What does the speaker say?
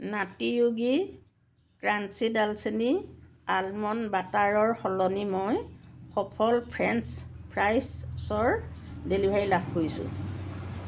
নাটী Yogi crunchy ডালচেনি almond বাটাৰৰ সলনি মই সফল ফ্ৰেঞ্চ ফ্ৰাইছৰ ডেলিভাৰী লাভ কৰিছোঁ